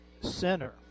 center